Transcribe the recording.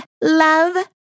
love